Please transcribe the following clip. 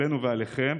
עלינו ועליכם.